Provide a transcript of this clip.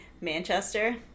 Manchester